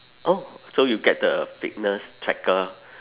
oh so you get the fitness tracker